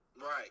Right